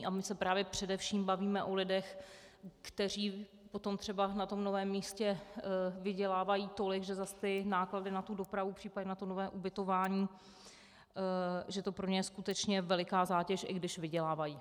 A my se právě především bavíme o lidech, kteří potom třeba na tom novém místě vydělávají tolik, že zase náklady na dopravu, případně na nové ubytování, že to pro ně je skutečně veliká zátěž, i když vydělávají.